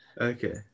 Okay